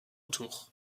tour